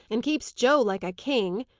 and keeps joe like a king.